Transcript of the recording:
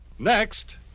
Next